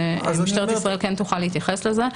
ומשטרת ישראל כן תוכל להתייחס לזה.